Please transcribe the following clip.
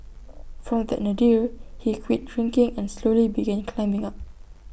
from that Nadir he quit drinking and slowly began climbing up